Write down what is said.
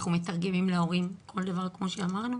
אנחנו מתרגמים להורים כל דבר כמו שאמרנו.